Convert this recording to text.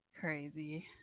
Crazy